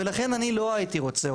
ולכן אני לא הייתי רוצה,